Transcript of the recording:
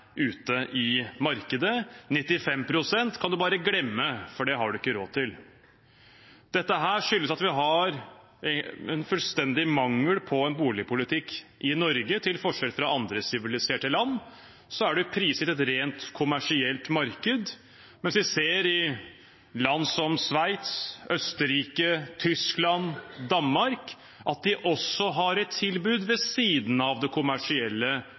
ute i markedet, 95 pst. kan man bare glemme, for det har man ikke råd til. Dette skyldes at vi har fullstendig mangel på boligpolitikk i Norge. Til forskjell fra andre siviliserte land er man prisgitt et rent kommersielt marked, mens vi ser at i land som Sveits, Østerrike, Tyskland og Danmark har de også et tilbud ved siden av det kommersielle